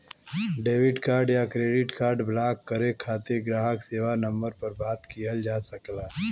debit card या credit card block करे खातिर ग्राहक सेवा नंबर पर बात किहल जा सकला